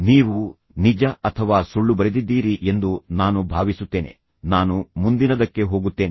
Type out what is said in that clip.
ನೀವು ನಿಜ ಅಥವಾ ಸುಳ್ಳು ಬರೆದಿದ್ದೀರಿ ಎಂದು ನಾನು ಭಾವಿಸುತ್ತೇನೆ ನಾನು ಮುಂದಿನದಕ್ಕೆ ಹೋಗುತ್ತೇನೆ